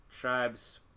tribes